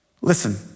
Listen